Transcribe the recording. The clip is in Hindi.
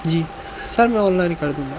जी सर मैं ऑनलाइन कर दूँगा